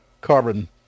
carbon